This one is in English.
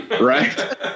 right